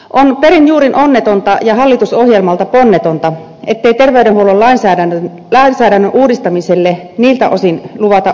on perin juurin onnetonta ja hallitusohjelmalta ponnetonta ettei terveydenhuollon lainsäädännön uudistamiselle niiltä osin luvata juuri uutta